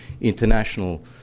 international